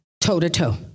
toe-to-toe